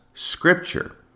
Scripture